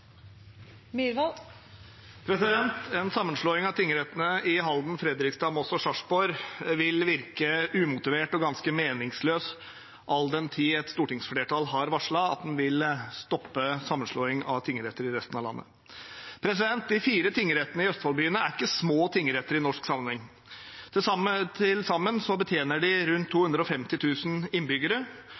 En sammenslåing av tingrettene i Halden, Fredrikstad, Moss og Sarpsborg vil virke umotivert og ganske meningsløs all den tid et stortingsflertall har varslet at det vil stoppe sammenslåing av tingretter i resten av landet. De fire tingrettene i Østfold-byene er ikke små tingretter i norsk sammenheng. Til sammen betjener de rundt 250 000 innbyggere.